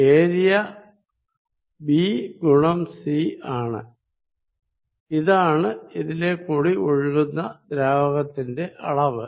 area b ഗുണം c ആണ്